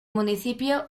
municipio